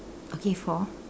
okay four